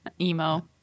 emo